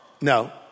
No